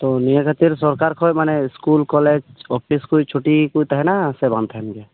ᱛᱚ ᱱᱤᱭᱟᱹ ᱠᱷᱟᱹᱛᱤᱨ ᱥᱚᱨᱠᱟᱨ ᱠᱷᱚᱱ ᱢᱟᱱᱮ ᱥᱠᱩᱞ ᱠᱚᱞᱮᱡᱽ ᱚᱯᱷᱤᱥ ᱠᱚ ᱪᱷᱩᱴᱤ ᱜᱮᱠᱚ ᱛᱟᱦᱮᱱᱟ ᱥᱮ ᱵᱟᱝ ᱛᱟᱦᱮᱱ ᱜᱮᱭᱟ